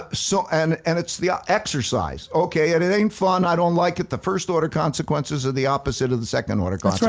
so and and it's the exercise. okay, and it ain't fun, i don't like it. the first order consequences are the opposite of the second order